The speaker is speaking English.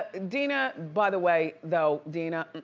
and dina, by the way, though, dina.